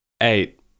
Eight